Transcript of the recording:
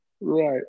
Right